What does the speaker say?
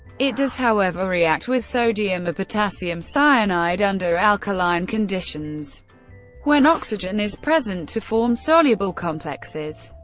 it does however, react with sodium or potassium cyanide under alkaline conditions when oxygen is present to form soluble complexes.